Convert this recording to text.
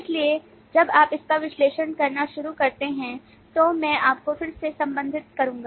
इसलिए जब आप इसका विश्लेषण करना शुरू करते हैं तो मैं आपको फिर से संबंधित करूंगा